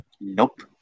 Nope